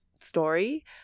story